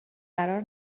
قرار